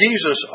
Jesus